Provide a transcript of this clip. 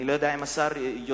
אני לא יודע אם השר יודע,